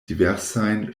diversajn